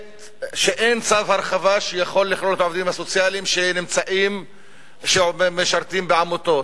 שאין צו הרחבה שיכול לכלול את העובדים הסוציאליים שמשרתים בעמותות,